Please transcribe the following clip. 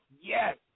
yes